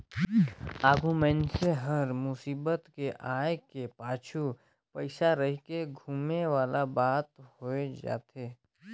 आघु मइनसे हर मुसीबत के आय के पाछू पइसा रहिके धुमे वाला बात होए जाथे